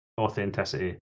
authenticity